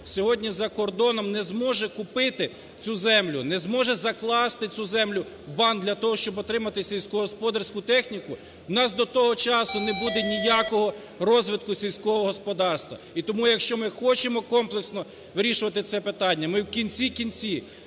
сьогодні за кордоном, не зможе купити цю землю, не зможе закласти цю землю в банк для того, щоб отримати сільськогосподарську техніку, у нас до того часу не буде ніякого розвитку сільського господарства. І тому, якщо ми хочемо комплексно вирішувати це питання, ми в кінці кінців